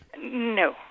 No